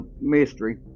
mystery